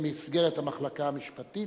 במסגרת המחלקה המשפטית,